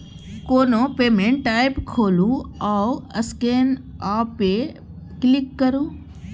कोनो payment app खोलु आ स्कैन आ पे पर क्लिक करु